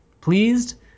Pleased